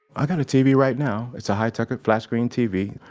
i got a tv right now. it's a high-techer flatscreen tv,